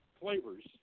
flavors